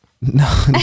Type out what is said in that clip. No